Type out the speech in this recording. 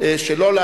לכן